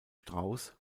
strauß